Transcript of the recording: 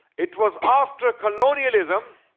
it was after colonialism.